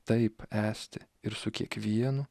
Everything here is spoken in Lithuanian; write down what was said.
taip esti ir su kiekvienu